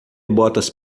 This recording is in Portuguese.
botas